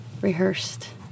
rehearsed